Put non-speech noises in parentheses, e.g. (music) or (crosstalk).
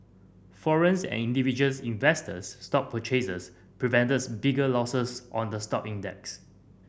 foreign (unintelligible) and individuals investors stock purchases prevents bigger losses on the stock index